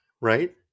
right